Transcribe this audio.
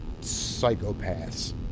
psychopaths